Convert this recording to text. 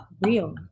Real